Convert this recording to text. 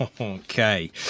Okay